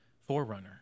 Forerunner